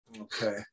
Okay